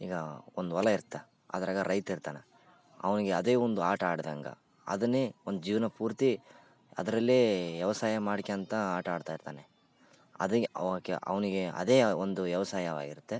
ಈಗ ಒಂದು ಹೊಲ ಇರುತ್ತೆ ಅದ್ರಾಗೆ ರೈತ ಇರ್ತಾನೆ ಅವನಿಗೆ ಅದೇ ಒಂದು ಆಟ ಆಡ್ದಂಗೆ ಅದನೇ ಒಂದು ಜೀವನ ಪೂರ್ತಿ ಅದರಲ್ಲೇ ವ್ಯವಸಾಯ ಮಾಡ್ಕೋಳ್ತ ಆಟ ಆಡ್ತಾಯಿರ್ತಾನೆ ಅದೆಕೆ ಅವಕ್ಯ ಅವನಿಗೆ ಅದೇ ಒಂದು ವ್ಯವಸಾಯವಾಗಿರುತ್ತೆ